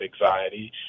anxiety